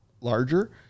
larger